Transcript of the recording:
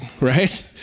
right